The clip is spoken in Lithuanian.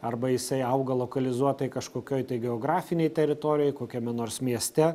arba jisai augo lokalizuotai kažkokioj tai geografinėj teritorijoj kokiame nors mieste